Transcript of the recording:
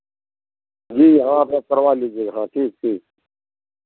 जी यहाँ आ कर करवा लीजिये हाँ ठीक ठीक